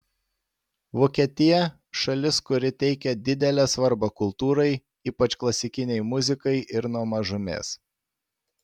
vokietija šalis kuri teikia didelę svarbą kultūrai ypač klasikinei muzikai ir nuo mažumės